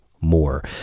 more